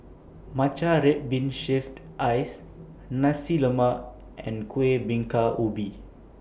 Matcha Red Bean Shaved Ice Nasi Lemak and Kueh Bingka Ubi